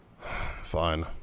fine